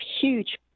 huge